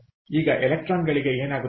ಈಗ ಎಲೆಕ್ಟ್ರಾನ್ಗಳಿಗೆ ಏನಾಗುತ್ತದೆ